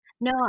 No